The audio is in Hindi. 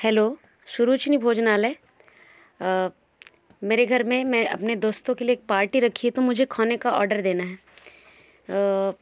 हेलो सुरोचनी भोजनालय मेरे घर में मैं अपने दोस्तों के लिए एक पार्टी रखी है तो मुझे खाने का ऑर्डर देना है